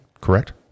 Correct